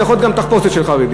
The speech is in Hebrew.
זה יכול להיות גם תחפושת של חרדי.